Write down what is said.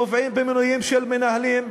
קובעים מינויים של מנהלים,